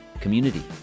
community